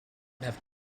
have